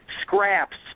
scraps